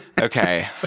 okay